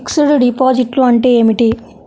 Fixed డిపాజిట్లు అంటే ఏమిటి?